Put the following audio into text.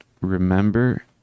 remember